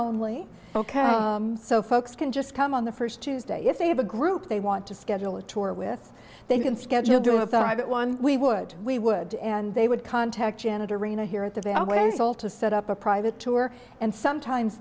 only ok so folks can just come on the first tuesday if they have a group they want to schedule a tour with they can schedule to have that one we would we would and they would contact janet arena here at the they always call to set up a private tour and sometimes